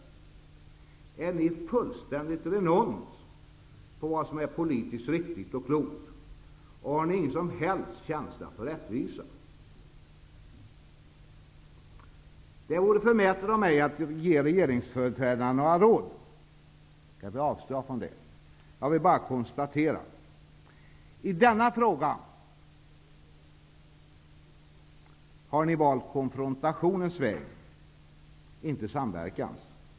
Är ni fullständigt renons på vad som är politiskt riktigt och klokt? Har ni ingen som helst känsla för rättvisa? Det vore förmätet av mig att ge regeringsföreträdarna några råd. Därför avstår jag från det. Jag vill bara konstatera: I denna fråga har ni valt konfrontationens väg, inte samverkans.